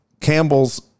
Campbell's